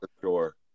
sure